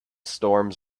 storms